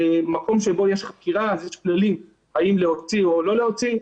מקום שבו יש חקירה אז יש כללים האם להוציא או לא להוציא,